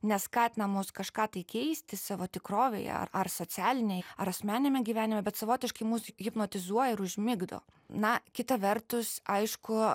neskatina mus kažką tai keisti savo tikrovėje ar ar socialinėj ar asmeniniame gyvenime bet savotiškai mus hipnotizuoja ir užmigdo na kita vertus aišku